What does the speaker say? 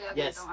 yes